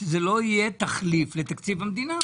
שזה לא יהיה תחליף לתקציב המדינה.